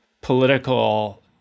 political